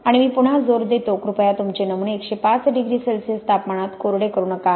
आणि मी पुन्हा जोर देतो कृपया तुमचे नमुने 105 डिग्री सेल्सिअस तापमानात कोरडे करू नका